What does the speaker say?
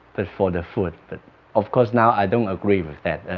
but for the food but of course now i don't agree with that,